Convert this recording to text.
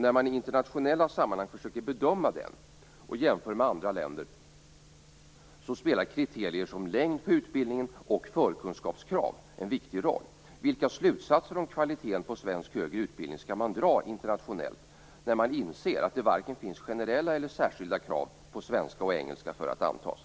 När man i internationella sammanhang försöker bedöma den och jämföra den med andra länder spelar kriterier som längd på utbildningen och förkunskapskrav en viktig roll. Vilka slutsatser om kvaliteten på svensk högre utbildning skall man dra internationellt, när man inser att det varken finns generella eller särskilda krav på svenska och engelska för att antas?